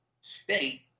state